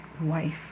wife